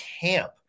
camp